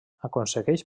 aconsegueix